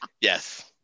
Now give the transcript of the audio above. Yes